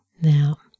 now